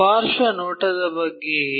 ಪಾರ್ಶ್ವ ನೋಟದ ಬಗ್ಗೆ ಏನು